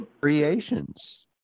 creations